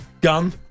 Gun